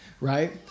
right